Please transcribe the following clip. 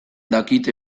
dakite